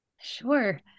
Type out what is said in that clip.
Sure